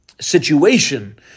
situation